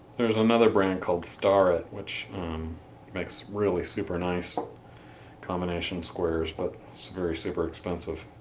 there's another brand called starrett which makes really super nice combination squares but it's very super expensive.